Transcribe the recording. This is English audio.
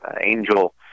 Angel